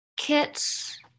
Kits